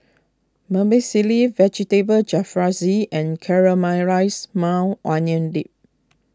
Vermicelli Vegetable Jalfrezi and Caramelized Maui Onion Dip